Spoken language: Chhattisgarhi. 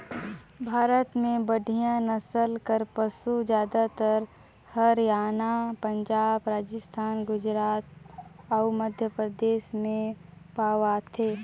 भारत में बड़िहा नसल कर पसु जादातर हरयाना, पंजाब, राजिस्थान, गुजरात अउ मध्यपरदेस में पवाथे